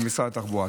במשרד התחבורה.